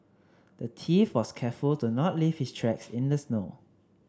the thief was careful to not leave his tracks in the snow